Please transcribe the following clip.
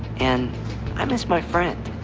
and i miss my friend.